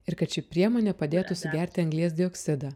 ir kad ši priemonė padėtų sugerti anglies dioksidą